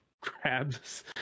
crabs